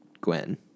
Gwen